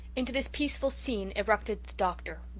into this peaceful scene erupted the doctor,